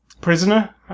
prisoner